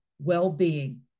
well-being